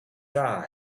dry